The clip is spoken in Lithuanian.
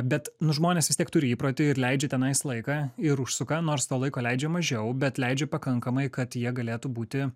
bet nu žmonės vis tiek turi įprotį ir leidžia tenais laiką ir užsuka nors to laiko leidžia mažiau bet leidžia pakankamai kad jie galėtų būti